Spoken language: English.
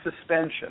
suspension